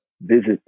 visit